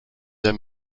der